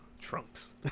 Trunks